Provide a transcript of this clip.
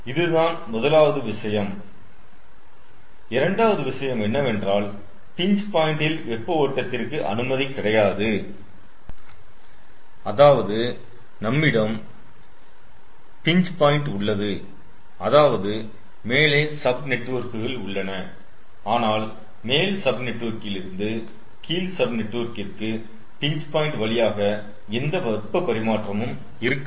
இதுதான் முதலாவது விஷயம் இரண்டாவது விஷயம் என்னவென்றால் பின்ச் பாயிண்டில் வெப்ப ஓட்டத்திற்கு அனுமதி கிடையாது அதாவது நம்மிடம் பின்ச் பாயிண்ட்உள்ளது அதாவது மேலே சப் நெட்வொர்க்குகள் உள்ளன ஆனால் மேல் சப் நெட்வொர்க்கிலிருந்து கீழ் சப் நெட்வொர்கிருக்கு பின்ச் பாயிண்ட் வழியாக எந்த வெப்ப பரிமாற்றமும் இருக்காது